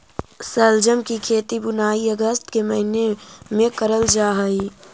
शलजम की खेती बुनाई अगस्त के महीने में करल जा हई